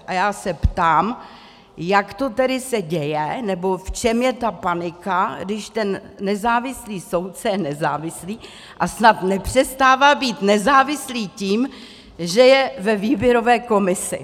A já se ptám, jak to tedy se děje, nebo v čem je ta panika, když ten nezávislý soudce je nezávislý a snad nepřestává být nezávislý tím, že je ve výběrové komisi.